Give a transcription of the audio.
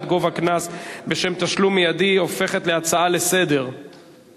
גובה קנס בשל תשלום מיידי) הופכת להצעה לסדר-היום.